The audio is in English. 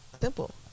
simple